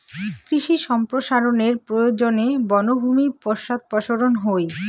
কৃষি সম্প্রসারনের প্রয়োজনে বনভূমি পশ্চাদপসরন হই